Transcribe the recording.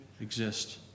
exist